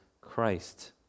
Christ